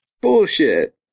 Bullshit